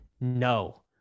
no